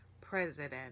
president